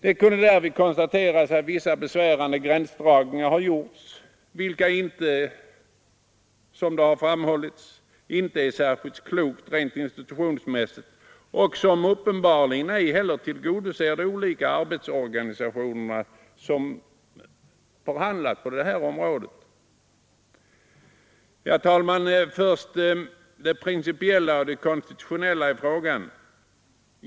Det kunde därvid konstateras att vissa besvärande gränsdragningar gjorts, vilket inte blev särskilt klokt rent institutionsmässigt, och uppenbarligen ej heller tillgodoser de olika personalorganisationer som förhandlat på detta område. Först det principiella och det konstitutionella i frågan, herr talman.